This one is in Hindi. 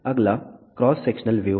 अगला एक क्रॉस सेक्शनल व्यू है